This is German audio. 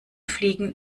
fliegen